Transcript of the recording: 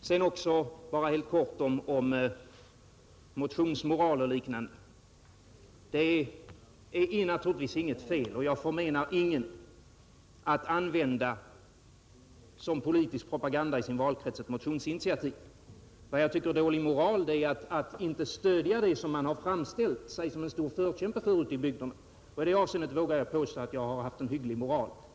Sedan några få ord om motionsmoral och liknande. Naturligtvis förmenar jag inte någon att som politisk propaganda i sin valkrets använda ett motionsinitiativ. Men vad jag tycker är dålig moral är att inte stödja de motionsförslag man framfört och ute i bygderna framställt sig som en stor förkämpe för. I det avseendet vågar jag påstå att jag haft en hygglig moral.